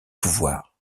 pouvoir